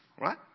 Right